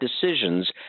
decisions